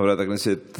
חברת הכנסת